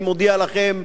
אני מודיע לכם,